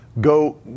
go